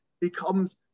becomes